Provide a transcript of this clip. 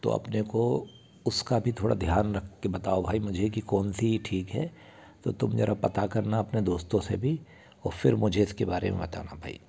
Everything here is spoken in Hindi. तो अपने को उसका भी थोड़ा ध्यान रख के बताओ भाई मुझे की कौन सी ठीक है तो तुम जरा पता करना अपने दोस्तों से भी फिर मुझे इसके बारे में बताना भाई